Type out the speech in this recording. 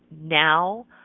now